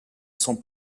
son